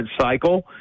cycle